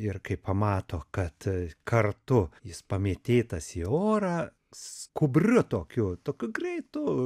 ir kai pamato kad kartu jis pamėtėtas į orą skubriu tokiu tokiu greitu